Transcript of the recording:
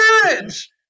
courage